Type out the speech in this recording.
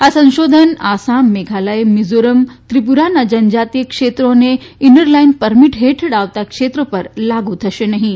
આ સંશોધન આસામ મેઘાલય મિઝોરમ ત્રિપુરાના જનજાતીય ક્ષેત્રો અને ઈનર લાઈન પરમીટ હેઠળ આવતા ક્ષેત્રો પર લાગુ થશે નહીં